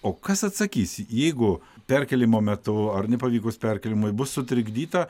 o kas atsakys jeigu perkėlimo metu ar nepavykus perkėlimui bus sutrikdyta